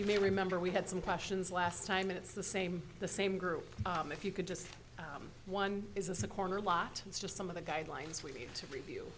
you may remember we had some questions last time it's the same the same group if you could just one is this a corner lot it's just some of the guidelines we need to review